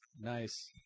Nice